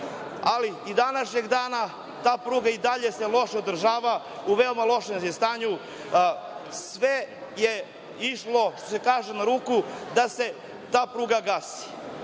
ali i do današnjeg dana ta pruga se i dalje loše održava, u veoma lošem je stanju. Sve je išlo, što se kaže, na ruku da se ta pruga gasi.